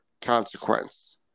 consequence